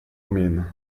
mean